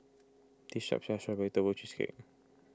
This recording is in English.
this shop sells Strawberry Tofu Cheesecake